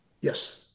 Yes